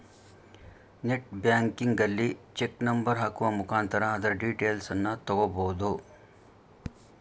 net ಬ್ಯಾಂಕಿಂಗಲ್ಲಿ check number ಹಾಕುವ ಮುಖಾಂತರ ಅದರ ಡೀಟೇಲ್ಸನ್ನ ತಗೊಬೋದು